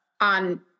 on